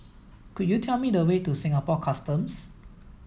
could you tell me the way to Singapore Customs